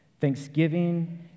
thanksgiving